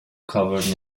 covered